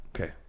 Okay